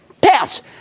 pounce